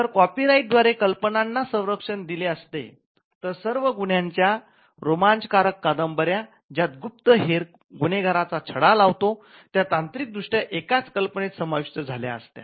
जर copyright द्वारे कल्पनांना संरक्षण दिले असते तर सर्व गुन्ह्याच्या रोमांचकारक कादंबऱ्या ज्यात गुप्त हेर गुन्हेगाराचा छडा लावतो त्या तांत्रिक दृष्ट्या एकाच कल्पनेत समाविष्ट झाल्याअसत्या